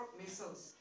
missiles